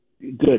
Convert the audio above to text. good